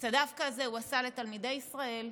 את הדווקא הזה הוא עשה לתלמידי ישראל,